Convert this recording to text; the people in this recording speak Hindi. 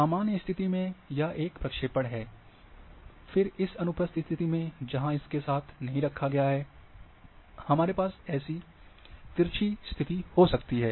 सामान्य स्थिति में यह एक प्रक्षेपण है फिर इस अनुप्रस्थ स्थिति में जहां इसे इसके साथ नहीं रखा गया है हमारे पास ऐसी तिरचि स्थिति हो सकती है